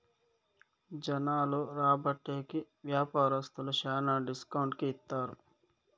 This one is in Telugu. జనాలు రాబట్టే కి వ్యాపారస్తులు శ్యానా డిస్కౌంట్ కి ఇత్తారు